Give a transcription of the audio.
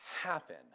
happen